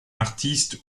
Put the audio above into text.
artiste